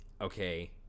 Okay